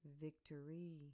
Victory